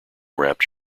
rapped